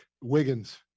Wiggins